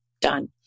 Done